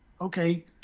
okay